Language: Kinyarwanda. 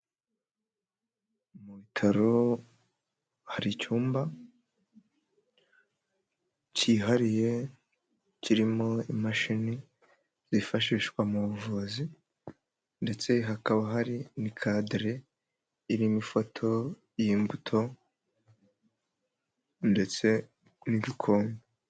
Mu bitaro hari icyumba cyihariye kirimo imashini zifashishwa mu buvuzi ndetse hakaba hari n'ikadire irimo ifoto y'imbuto; ndetse n'ibikombe.